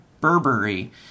Burberry